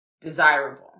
desirable